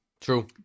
true